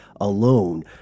alone